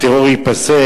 הטרור ייפסק,